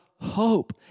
hope